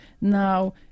Now